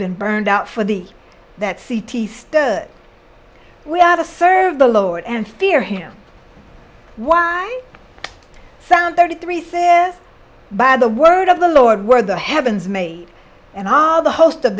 been burned out for the that city stood we are to serve the lord and fear him why sound thirty three says by the word of the lord were the heavens made and all the host of